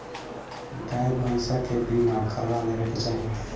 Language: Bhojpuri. गाई भईसा के बीमा करवा लेवे के चाही